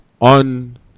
on